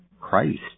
Christ